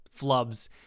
flubs